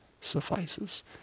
suffices